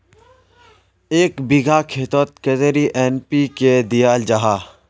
एक बिगहा खेतोत कतेरी एन.पी.के दियाल जहा?